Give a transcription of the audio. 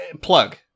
Plug